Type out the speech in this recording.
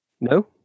No